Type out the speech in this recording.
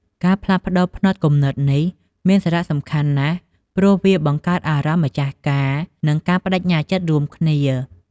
ការផ្លាស់ប្តូរផ្នត់គំនិតនេះមានសារៈសំខាន់ណាស់ ព្រោះវាបង្កើតអារម្មណ៍ម្ចាស់ការ និងការប្តេជ្ញាចិត្តរួមគ្នា។